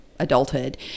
Adulthood